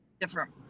different